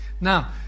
Now